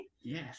Yes